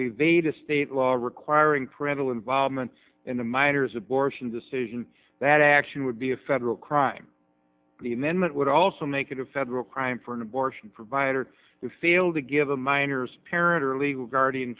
evade a state law requiring parental involvement in the matters abortion decision that action would be a federal crime and then it would also make it a federal crime for an abortion provider to fail to give the minors parent or legal guardian